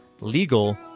legal